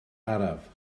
araf